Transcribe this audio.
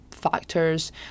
factors